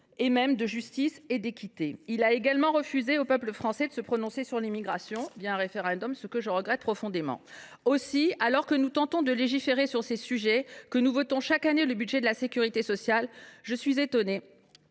efficaces, de justice et d’équité. Il a également refusé au peuple français de se prononcer sur l’immigration par référendum, ce que je regrette profondément. Aussi, alors que nous tentons de légiférer sur ces sujets et que nous votons chaque année le budget de la sécurité sociale, je suis étonnée